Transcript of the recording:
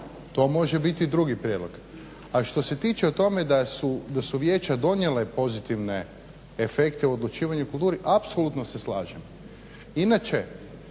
To može biti drugi prijedlog. A što se tiče o tome da su vijeća donijele pozitivne efekte odlučivanja u kulturi, apsolutno se slažem. Inače